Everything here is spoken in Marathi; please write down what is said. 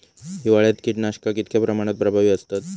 हिवाळ्यात कीटकनाशका कीतक्या प्रमाणात प्रभावी असतत?